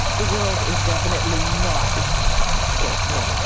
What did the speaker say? the world is definitely not safer